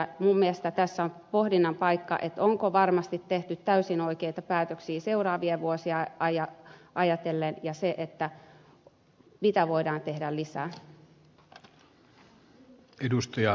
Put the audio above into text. minun mielestäni tässä on pohdinnan paikka onko varmasti tehty täysin oikeita päätöksiä seuraavia vuosia ajatellen ja mitä voidaan tehdä lisää